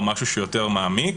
או משהו יותר מעמיק.